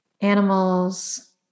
animals